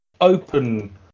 open